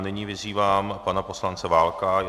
Nyní vyzývám pana poslance Válka.